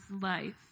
life